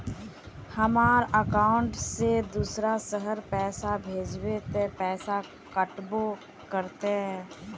हमर अकाउंट से दूसरा शहर पैसा भेजबे ते पैसा कटबो करते?